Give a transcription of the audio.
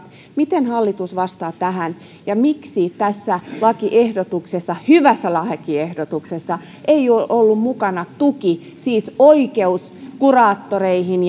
miten hallitus vastaa tähän ja miksi tässä lakiehdotuksessa hyvässä lakiehdotuksessa ei ole ollut mukana tuki siis oikeus kuraattoreihin